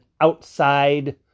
outside